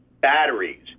batteries